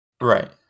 right